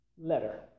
Letter